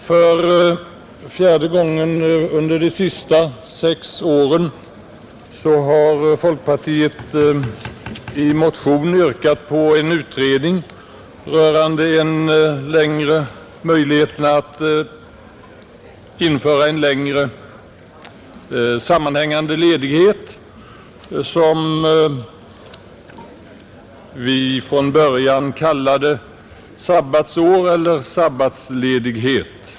För fjärde gången under de senaste sex åren har folkpartiet i motion yrkat på en utredning rörande möjligheterna att införa en längre sammanhängande ledighet, som vi från början kallade sabbatsår eller sabbatsledighet.